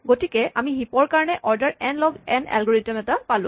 গতিকে আমি হিপ ৰ কাৰণে order n log n algorithm এটা পালোঁ